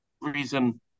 reason